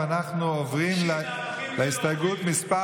ואנחנו עוברים להסתייגות מס'